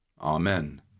Amen